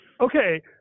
Okay